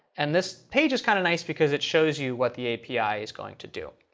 and this page is kind of nice, because it shows you what the api is going to do.